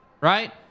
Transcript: right